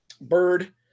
Bird